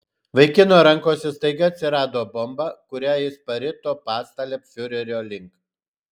vaikino rankose staiga atsirado bomba kurią jis parito pastale fiurerio link